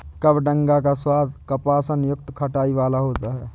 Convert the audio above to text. कबडंगा का स्वाद कसापन युक्त खटाई वाला होता है